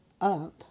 up